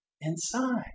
inside